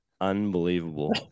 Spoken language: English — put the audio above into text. unbelievable